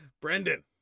Brendan